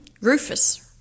Rufus